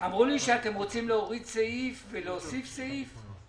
אמרו לי שאתם רוצים להוריד סעיף, להוסיף סעיף.